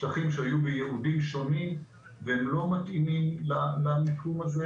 שטחים שהיו לייעודים שונים והם לא מתאימים למיקום הזה